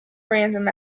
random